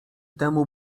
temu